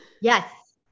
yes